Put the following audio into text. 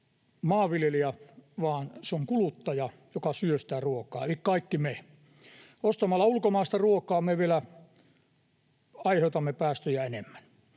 maanviljelijä, vaan se on kuluttaja, joka syö sitä ruokaa, eli kaikki me. Ostamalla ulkomaista ruokaa me vielä aiheutamme päästöjä enemmän.